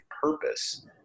purpose